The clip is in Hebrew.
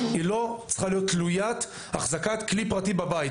היא לא צריכה להיות תלוית החזקת כלי פרטי בבית,